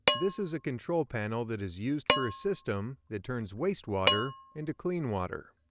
this is a control panel that is used for a system that turns wastewater into clean water.